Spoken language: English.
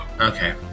okay